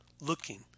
looking